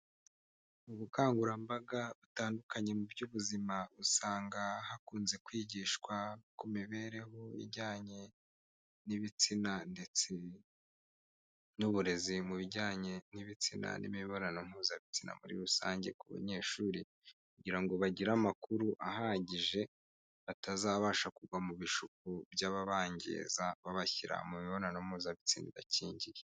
Ubukangurambaga butandukanye mu by'ubuzima usanga hakunze kwigishwa ku mibereho ijyanye n'ibitsina ndetse n'uburezi mu bijyanye n'ibitsina n'imibonano mpuzabitsina muri rusange ku banyeshuri kugira ngo bagire amakuru ahagije, batazabasha kugwa mu bishuko by'ababangiza, babashyira mu mibonano mpuzabitsina idakingiye.